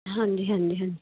ਹਾਂਜੀ ਹਾਂਜੀ ਹਾਂਜੀ